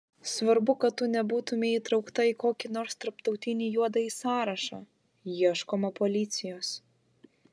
svarbu kad tu nebūtumei įtraukta į kokį nors tarptautinį juodąjį sąrašą ieškoma policijos